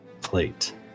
plate